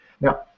Now